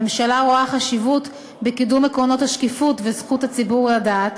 הממשלה רואה חשיבות בקידום עקרונות השקיפות וזכות הציבור לדעת.